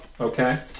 Okay